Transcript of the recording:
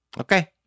Okay